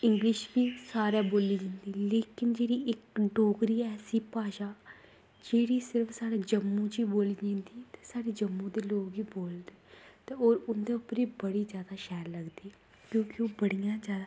English बी सारे बोली जंदी पर डोगरी ऐसी भाशा जेह्ड़ी सिर्फ साढ़े जम्मू च गै बोली जंदी ते साढ़े जम्मू दे लोग ई बोलदे होर उंदे उप्पर बी बड़ी गै शैल लगदी क्योंकि ओह् बड़ियां जादै